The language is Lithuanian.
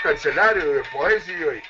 kanceliarijoj ir poezijoj